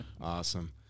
Awesome